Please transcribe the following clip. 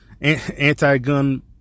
anti-gun